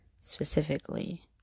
specifically